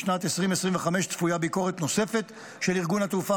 בשנת 2025 צפויה ביקורת נוספת של ארגון התעופה